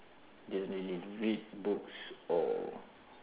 didn't really read books or